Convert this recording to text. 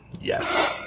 Yes